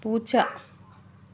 പൂച്ച